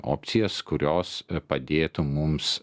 opcijas kurios padėtų mums